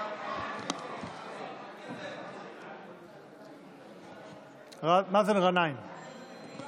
ההצעה להעביר את הצעת חוק הביטוח הלאומי (תיקון,